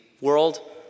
world